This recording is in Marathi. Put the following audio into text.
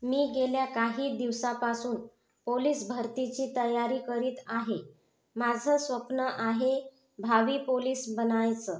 मी गेल्या काही दिवसापासून पोलीस भरतीची तयारी करीत आहे माझं स्वप्न आहे भावी पोलीस बनायचं